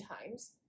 times